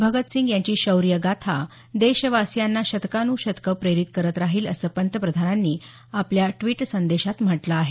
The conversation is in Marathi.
भगत सिंग यांची शौर्य गाथा देशवासियांना शतकानुशतकं प्रेरित करत राहील अस पतप्रधानानी आपल्या ट्वीट संदेशात म्हटलं आहे